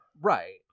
Right